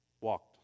walked